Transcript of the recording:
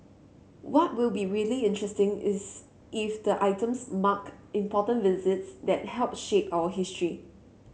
what will be really interesting is if the items marked important visits that helped shape our history